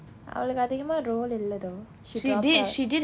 அவளுக்கு அதிகமா:avalukku athikamaa role இல்ல:illa though she dropped out